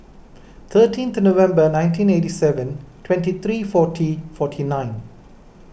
thirteenth November nineteen eighty seven twenty three forty forty nine